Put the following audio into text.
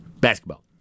Basketball